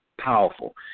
powerful